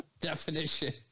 Definition